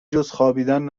جزخوابیدن